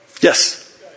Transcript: Yes